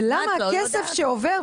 ולמה הכסף שעובר,